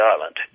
Island